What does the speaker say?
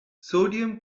sodium